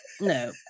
no